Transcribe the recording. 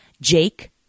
Jake